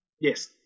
Yes